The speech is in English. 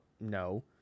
No